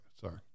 Sorry